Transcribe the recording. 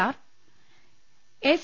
R S